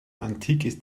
antikes